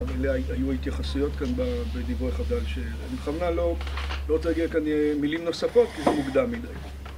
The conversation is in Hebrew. אלה היו ההתייחסויות כאן ב... בדברי חז"ל, ש... אני בכוונה לא... לא רוצה להגיד כאן מילים נוספות, כי זה מוקדם מדי.